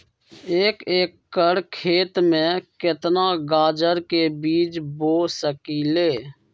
एक एकर खेत में केतना गाजर के बीज बो सकीं ले?